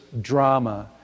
drama